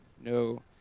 no